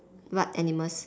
what animals